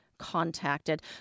Contacted